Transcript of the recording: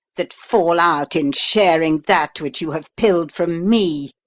that fall out in sharing that which you have pill'd from me!